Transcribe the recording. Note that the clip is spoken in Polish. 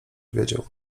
wiedział